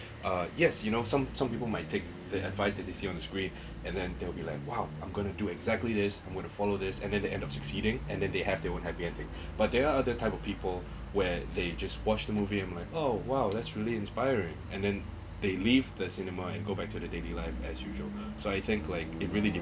uh yes you know some some people might take the advice that they see on the screen and then they'll be like !wow! I'm gonna do exactly this I'm going to follow this end at the end of succeeding and then they have their own happy ending but there are other type of people where they just watch the movie oh !wow! that's really inspiring and then they leave the cinema and go back to the daily life as usual so I think like it really did